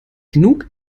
genug